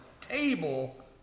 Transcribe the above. table